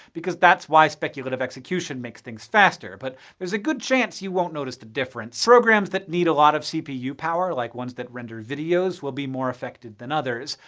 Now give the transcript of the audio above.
because that's why speculative execution makes things faster. but there's a good chance you won't notice the difference. programs that need a lot of cpu power, like ones that render videos, will be more affected than others.